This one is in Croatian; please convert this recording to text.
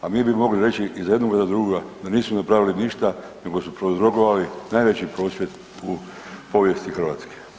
A mi bi mogli reći i za jednoga i za drugoga da nisu napravili ništa nego su prouzrokovali najveći prosvjed u povijesti Hrvatske.